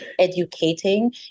educating